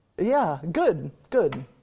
yeah, good, good,